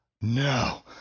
no